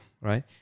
right